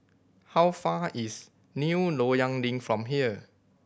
how far is New Loyang Link from here